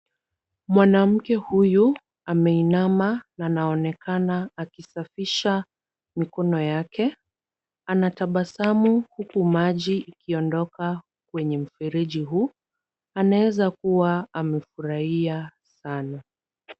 Mwanamke huyu ameinama na anaonekana akisafisha mikono yake. Anatabasamu huku maji ikiondoka kwenye mfereji huu. Anaezakuwa amefurahia sana.